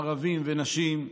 ערבים ונשים,